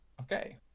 Okay